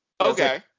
Okay